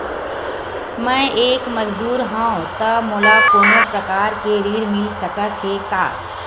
मैं एक मजदूर हंव त मोला कोनो प्रकार के ऋण मिल सकत हे का?